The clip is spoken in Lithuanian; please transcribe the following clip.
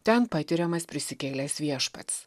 ten patiriamas prisikėlęs viešpats